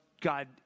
God